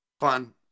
fun